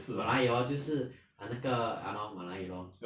马来语 lor 就是 !hannor! 那个马来语 lor